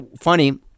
Funny